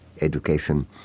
education